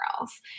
else